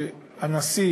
שהנשיא